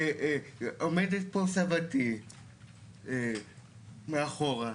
עומדת פה סבתי מאחורה,